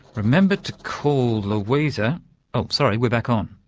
remember to call luisa oh, sorry, we're back on.